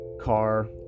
car